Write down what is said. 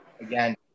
again